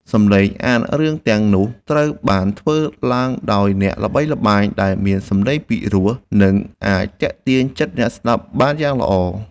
សំឡេងអានរឿងទាំងនោះត្រូវបានធ្វើឡើងដោយអ្នកល្បីល្បាញដែលមានសំឡេងពិរោះ និង អាចទាក់ទាញចិត្តអ្នកស្តាប់បានយ៉ាងល្អ។